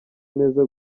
neza